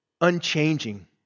unchanging